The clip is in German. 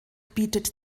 bietet